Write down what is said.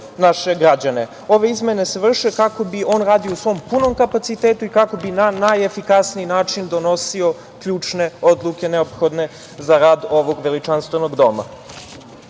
naše građane. Ove izmene se vrše kako bi on radio u svom punom kapacitetu i kako bi na najefikasniji način donosio ključne odluke neophodne za rad ovog veličanstvenog doma. Što